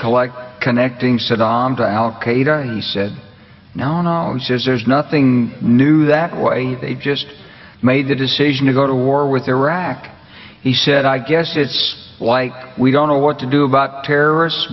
collect connecting saddam to al qaeda and he said now knowledge is there's nothing new that way they just made a decision to go to war with iraq he said i guess it's like we don't know what to do about terrorists